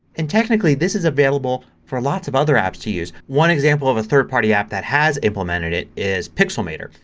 and technically this is available for lots of other apps to use. one example of a third party app that has implemented it is pixelmator.